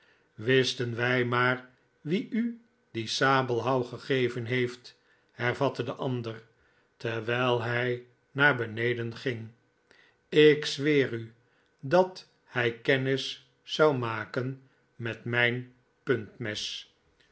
wisten wij maar wie u dien sabelhouw gegeven heeft hervatte de ander terwijl hij naar beneden ging ik zweer u dat hij kennis zou maken met mijn puntmes